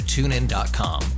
TuneIn.com